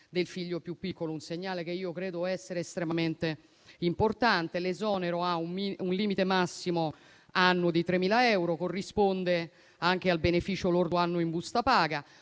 del figlio più piccolo. Credo sia un segnale estremamente importante. L'esonero ha un limite massimo annuo di 3.000 euro e corrisponde anche al beneficio lordo annuo in busta paga.